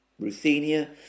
Ruthenia